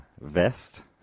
vest